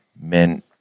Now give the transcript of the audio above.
men